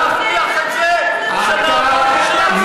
זה מבטיח את זה שנעבוד בשביל הציבור.